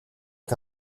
est